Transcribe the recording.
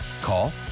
Call